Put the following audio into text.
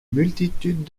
multitude